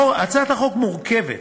הצעת החוק מורכבת,